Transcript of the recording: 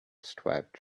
striped